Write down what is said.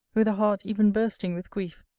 with a heart even bursting with grief,